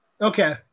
Okay